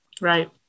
right